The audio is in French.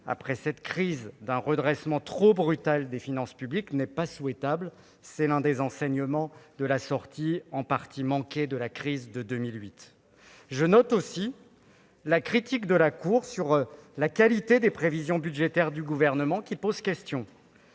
en coûte » mis en place pour répondre à cette crise, n'est pas souhaitable. C'est l'un des enseignements de la sortie en partie manquée de la crise de 2008. Je note aussi la critique de la Cour sur la qualité des prévisions budgétaires du Gouvernement, qui pose question.